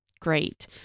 great